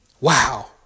wow